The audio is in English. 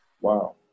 Wow